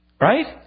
Right